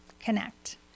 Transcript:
connect